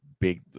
big